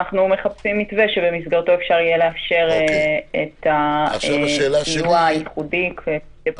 אנחנו מחפשים מתווה שבמסגרתו אפשר יהיה לאפשר את הסיוע הייחודי כפי